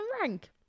rank